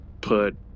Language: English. put